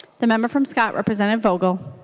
the member from scott representative vogel